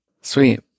Sweet